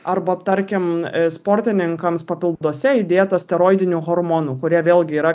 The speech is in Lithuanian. arba tarkim sportininkams papilduose įdėta steroidinių hormonų kurie vėlgi yra